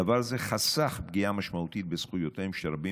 דבר זה חסך פגיעה משמעותית בזכויותיהם של רבים